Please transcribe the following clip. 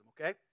okay